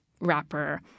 rapper